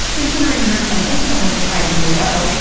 considering heard's own income was surprisingly low,